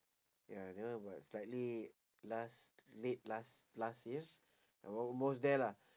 ya that was about slightly last late last last year almost there lah